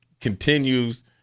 continues